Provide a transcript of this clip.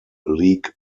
league